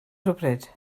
rhywbryd